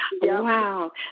wow